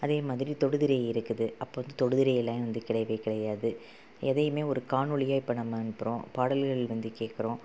அதே மாதிரி தொடுது ரேகை இருக்குது அப்போ வந்து தொடுது ரேகையிலாம் வந்து கிடையவே கிடையாது எதையும் ஒரு காணொளியாக இப்போ நம்ம அனுப்புறோம் பாடல்கள் வந்து கேட்குறோம்